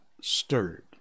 stirred